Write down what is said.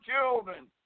children